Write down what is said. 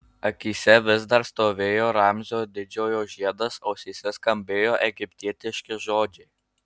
akyse vis dar stovėjo ramzio didžiojo žiedas ausyse skambėjo egiptietiški žodžiai